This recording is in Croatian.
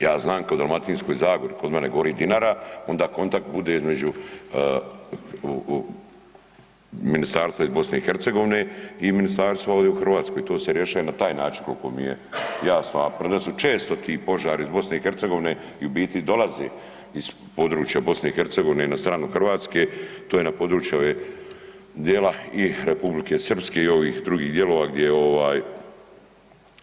Ja znam kad u Dalmatinskoj zagori kod mene gori Dinara, onda kontakt bude između ministarstva iz BiH-a i ministarstva ovdje u Hrvatskoj, to se rješava na taj način, koliko mi je jasno a kod nas su često ti požari iz BiH-a i u biti dolaze iz područja BiH-a na stranu Hrvatske, to je na području ovog djela i Republike Srpske i ovih drugih dijelova